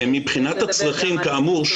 מבחינת הצרכים כאמור,